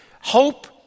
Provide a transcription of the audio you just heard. Hope